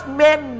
men